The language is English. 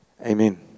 Amen